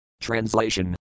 Translation